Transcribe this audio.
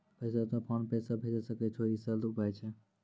पैसा तोय PhonePe से भैजै सकै छौ? ई सरल उपाय छै?